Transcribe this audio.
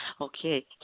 Okay